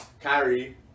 Kyrie